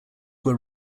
were